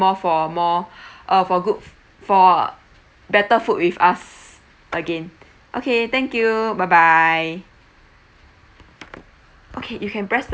more for a more uh for good for better food with us again okay thank you bye bye okay you can press the